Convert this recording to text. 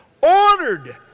ordered